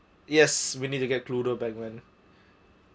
yes we need to get cluedo back man